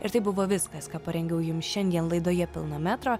ir tai buvo viskas ką parengiau jums šiandien laidoje pilno metro